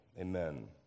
Amen